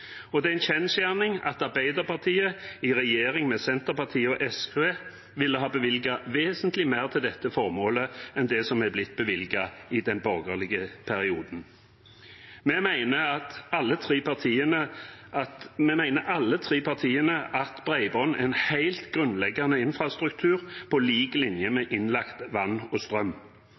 og det er en kjensgjerning at Arbeiderpartiet i regjering med Senterpartiet og SV ville ha bevilget vesentlig mer til dette formålet enn det som er blitt bevilget i den borgerlige perioden. Vi mener alle tre partiene at bredbånd er en helt grunnleggende infrastruktur, på lik linje med innlagt vann og strøm.